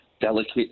delicate